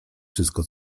wszystko